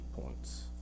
points